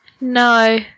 No